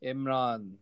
Imran